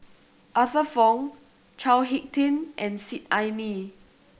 Arthur Fong Chao Hick Tin and Seet Ai Mee